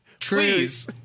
please